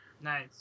Nice